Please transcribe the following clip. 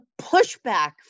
pushback